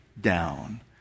down